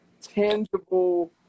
tangible